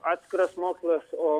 atskiras mokslas o